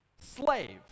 Slave